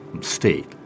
state